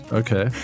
okay